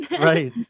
Right